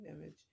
image